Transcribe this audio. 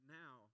now